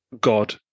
God